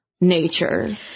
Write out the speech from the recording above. nature